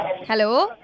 Hello